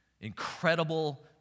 incredible